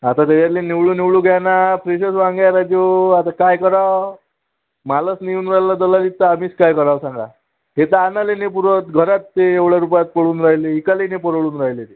आता त्याच्यातले निवडून निवडून घ्या ना फ्रेशच वांगे आहे ना राजेहो आता काय करावं मालच नाही येऊन राहिला त्याला विकता आम्हीच काय करावं सांगा हे तर आम्हाला नाही पुरत घरात ते एवढ्या रुपयात परवडून राहिले एकाला नाही परवडू राहिलेले